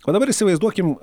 o dabar įsivaizduokim